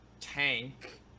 tank